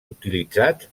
utilitzats